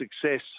success